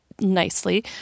nicely